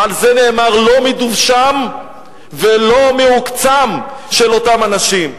ועל זה נאמר: לא מדבשם ולא מעוקצם של אותם אנשים.